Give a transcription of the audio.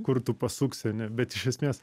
kur tu pasuksi ane bet iš esmės